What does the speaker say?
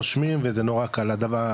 רושמים וזה נורא קל הדבר,